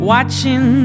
Watching